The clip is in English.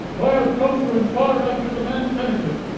i have come to inquire after the man pennicut.